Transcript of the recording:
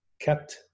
kept